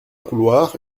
couloir